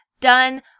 Done